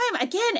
again